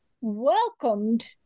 welcomed